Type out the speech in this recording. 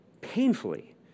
painfully